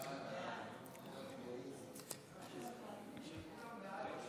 ההצעה להעביר את